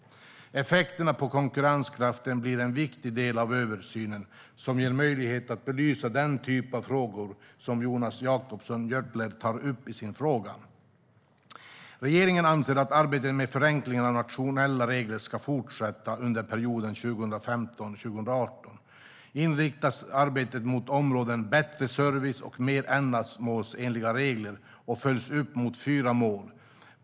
Effekter på konkurrenskraften blir en viktig del av översynen som ger möjlighet att belysa den typ av frågor som Jonas Jacobsson Gjörtler tar upp i sin fråga. Regeringen anser att arbetet med förenkling av nationella regler ska fortsätta, och under perioden 2015-2018 inriktas arbetet mot områdena Bättre service och Mer ändamålsenliga regler och följs upp mot fyra mål.